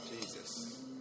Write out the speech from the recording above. Jesus